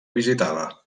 visitava